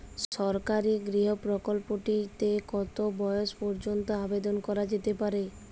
সরকারি গৃহ প্রকল্পটি তে কত বয়স পর্যন্ত আবেদন করা যেতে পারে?